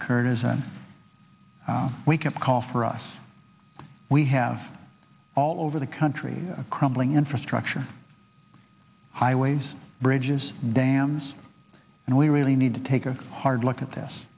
occurred as a wake up call for us we have all over the country a crumbling infrastructure highways bridges dams and we really need to take a hard look at this